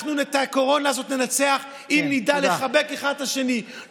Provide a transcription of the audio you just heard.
אנחנו את הקורונה הזאת ננצח אם נדע לחבק אחד את השני.